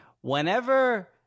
Whenever